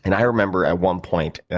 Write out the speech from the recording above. and i remember at one point,